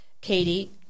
Katie